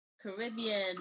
Caribbean